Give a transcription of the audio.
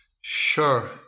Sure